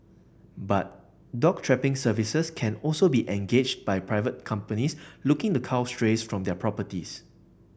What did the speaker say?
but dog trapping services can also be engaged by private companies looking the cull strays from their properties